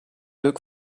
look